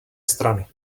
strany